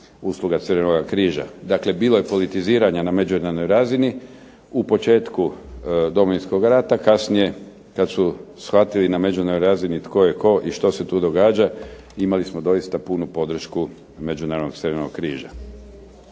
usluga Crvenoga križa. Dakle, bilo je politiziranja na međunarodnoj razini u početku Domovinskog rata, kasnije kad su shvatili na međunarodnoj razini tko je tko i što se tu događa imali smo doista punu podršku Međunarodnog crvenog križa.